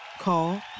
Call